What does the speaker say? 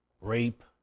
rape